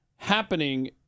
happening